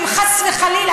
חס וחלילה,